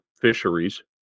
fisheries